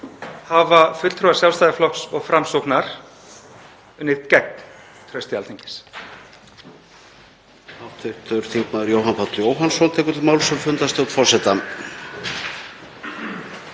hafa fulltrúar Sjálfstæðisflokks og Framsóknar unnið gegn trausti Alþingis.